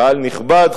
קהל נכבד,